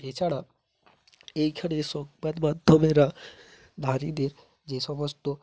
এছাড়া এইখানে সংবাদ মাধ্যমেরা নারীদের যে সমস্ত